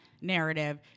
narrative